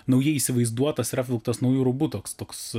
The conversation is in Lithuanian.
naujai įsivaizduotas ir apvilktas nauju rūbu toks toks